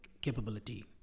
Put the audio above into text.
capability